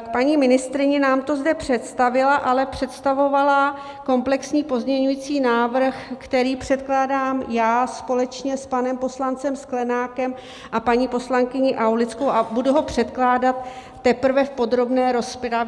k paní ministryni, nám to zde představila, ale představovala komplexní pozměňovací návrh, který předkládám já společně s panem poslancem Sklenákem a paní poslankyní Aulickou, a budu ho předkládat teprve v podrobné rozpravě.